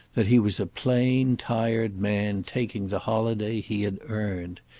that he was a plain tired man taking the holiday he had earned.